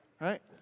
Right